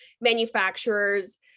manufacturers